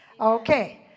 Okay